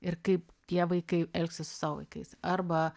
ir kaip tie vaikai elgsis su savo vaikais arba